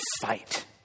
fight